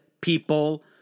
people